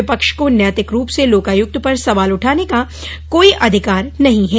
विपक्ष को नैतिक रूप से लोकायुक्त पर सवाल उठाने का कोई अधिकार नहीं है